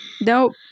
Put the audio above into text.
Nope